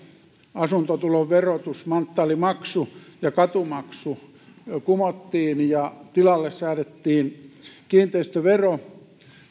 asuntotuloverotus manttaalimaksu ja katumaksu kumottiin ja tilalle säädettiin kiinteistövero